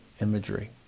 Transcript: imagery